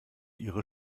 ihre